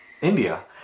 India